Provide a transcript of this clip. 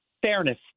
fairness